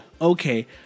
Okay